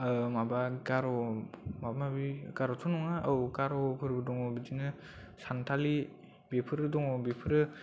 माबा गार' माबा माबि गार'थ' नङा औ गार'फोरबो दं बिदिनो सान्थालि बेफोरबो दं बेफोरो